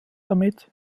damit